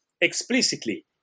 explicitly